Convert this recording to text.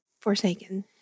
Forsaken